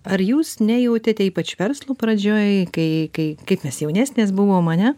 ar jūs nejautėte ypač verslo pradžioj kai kai kaip mes jaunesnės buvom ane